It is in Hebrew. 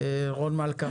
רון מלכא,